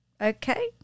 okay